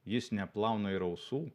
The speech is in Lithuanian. jis neplauna ir ausų